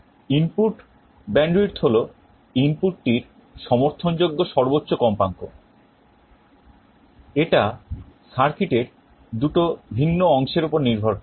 input bandwidth হল ইনপুটটির সমর্থনযোগ্য সর্বোচ্চ কম্পাঙ্ক এটা সার্কিটের দুটি ভিন্ন অংশের উপর নির্ভর করে